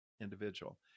individual